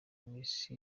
miss